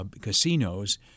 casinos